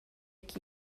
que